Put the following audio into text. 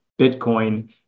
Bitcoin